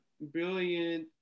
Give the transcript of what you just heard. brilliant